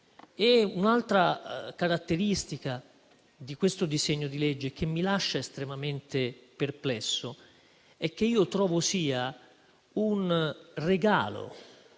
Un'altra caratteristica di questo disegno di legge, che mi lascia estremamente perplesso, è che trovo sia un regalo,